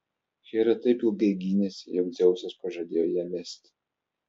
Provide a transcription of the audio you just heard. hera taip ilgai gynėsi jog dzeusas pažadėjo ją vesti